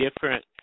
different